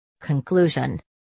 Conclusion